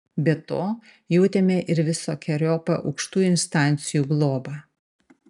be to jautėme ir visokeriopą aukštųjų instancijų globą